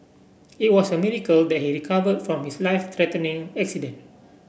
it was a miracle that he recovered from his life threatening accident